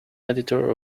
editor